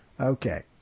Okay